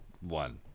one